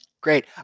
Great